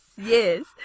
yes